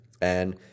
And-